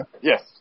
Yes